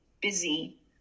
busy